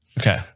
okay